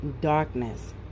darkness